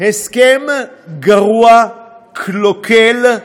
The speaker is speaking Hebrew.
הסכם גרוע, קלוקל,